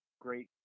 great